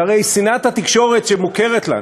שהרי שנאת התקשורת שמוכרת לנו